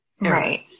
Right